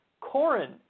Corin